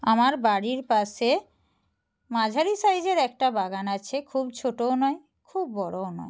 আমার বাড়ির পাশে মাঝারি সাইজের একটা বাগান আছে খুব ছোটোও নয় খুব বড়োও নয়